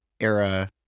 era